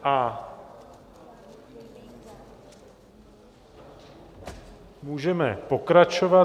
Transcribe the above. A můžeme pokračovat.